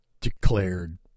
declared